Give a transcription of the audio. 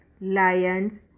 lions